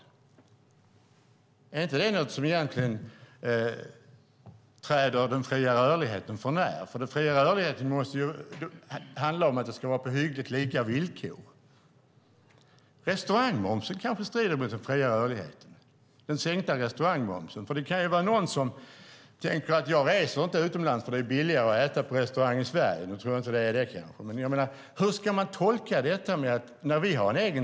Är inte det någonting som träder den fria rörligheten för när? Den fria rörligheten handlar ju om att det ska vara på hyggligt lika villkor. Den sänkta restaurangmomsen kanske strider mot den fria rörligheten. Det kan vara någon som tänker: Jag reser inte utomlands, för det är billigare att äta på restaurang i Sverige. Nu tror jag kanske inte att det är så. Men hur ska det här tolkas?